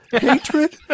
Hatred